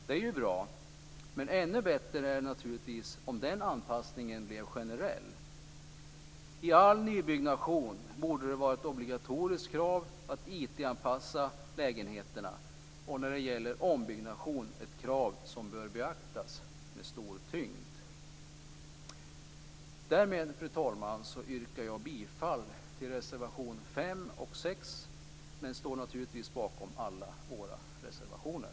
Det är ju bra, men ännu bättre vore det naturligtvis om den anpassningen blev generell. I all nybyggnation borde det vara ett obligatoriskt krav att IT-anpassa lägenheterna, och när det gäller ombyggnation ett krav som bör beaktas med stor tyngd. Därmed, fru talman, yrkar jag bifall till reservationerna 5 och 6, men står naturligtvis bakom alla våra reservationer.